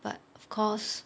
but of course